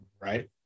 right